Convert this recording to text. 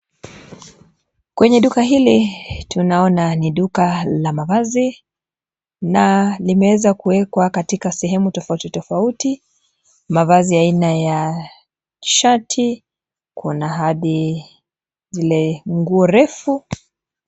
Kwenye duka hili tunaona ni duka la mavazi, na limeweza kuwekwa katika sehemu tofauti tofauti ,mavazi aina ya shati, kuna hadi zile nguo refu.